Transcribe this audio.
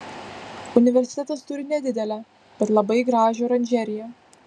universitetas turi nedidelę bet labai gražią oranžeriją